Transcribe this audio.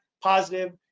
positive